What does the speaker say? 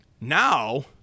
now